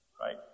right